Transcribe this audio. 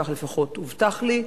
כך לפחות הובטח לי,